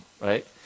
right